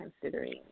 considering